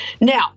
Now